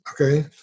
okay